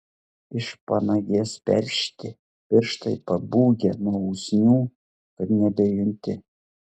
ir panagės peršti pirštai pabūgę nuo usnių kad nebejunti